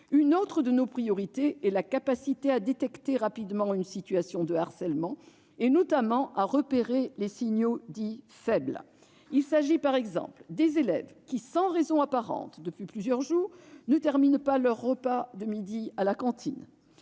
Une autre de nos priorités est de développer notre capacité à détecter rapidement une situation de harcèlement et, notamment, à repérer les signaux dits « faibles ». Il s'agit, par exemple, des élèves qui, sans raison apparente, durant plusieurs jours, ne terminent pas leur repas de midi à la cantine.